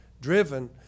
driven